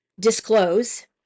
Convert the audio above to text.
disclose